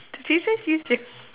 do they just use the